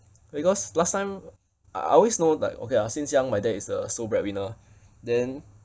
because last time I always know like okay ah since young my dad is a sole breadwinner then